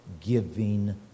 giving